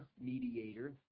mediator